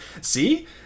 See